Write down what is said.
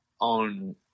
on